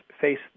face